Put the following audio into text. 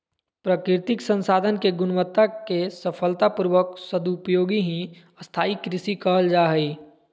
प्राकृतिक संसाधन के गुणवत्ता के सफलता पूर्वक सदुपयोग ही स्थाई कृषि कहल जा हई